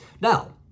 Now